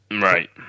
Right